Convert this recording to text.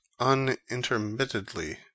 unintermittedly